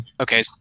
Okay